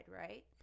right